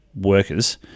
workers